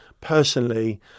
personally